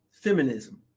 feminism